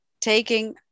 taking